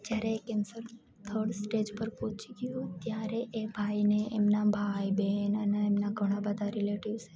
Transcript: જ્યારે એ cancer third stage પર પહોચી ગયું ત્યારે એ ભાઈને એમના ભાઈ બેન અને એમના ઘણા બધા રિલેટિવ્સે